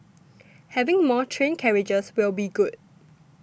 having more train carriages will be good